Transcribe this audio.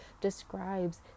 describes